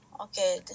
Okay